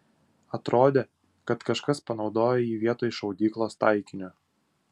atrodė kad kažkas panaudojo jį vietoj šaudyklos taikinio